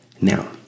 now